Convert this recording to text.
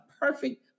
perfect